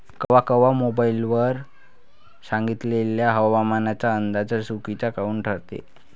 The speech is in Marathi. कवा कवा मोबाईल वर सांगितलेला हवामानाचा अंदाज चुकीचा काऊन ठरते?